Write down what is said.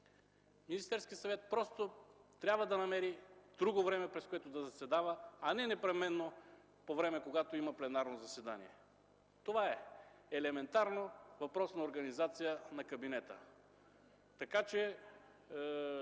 Министерският съвет трябва да намери друго време, през което да заседава, а не непременно по време, когато има пленарно заседание. Това е елементарно - въпрос на организация на кабинета! Призовавам